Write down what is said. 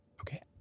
Okay